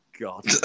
God